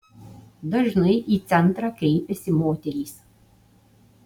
dažnai į centrą kreipiasi moterys